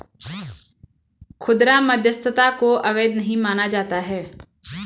खुदरा मध्यस्थता को अवैध नहीं माना जाता है